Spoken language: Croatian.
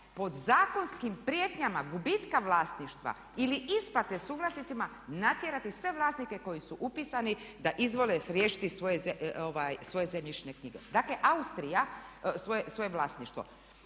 pod zakonskim prijetnjama gubitka vlasništva ili isplate suvlasnicima natjerati sve vlasnike koji su upisani da izvole riješiti svoje zemljišne knjige, svoje vlasništvo.